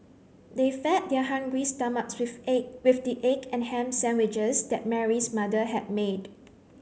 they fed their hungry stomachs with egg with the egg and ham sandwiches that Mary's mother had made